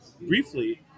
briefly